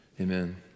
amen